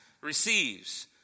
receives